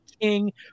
king